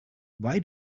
why